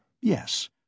Yes